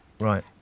Right